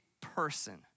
person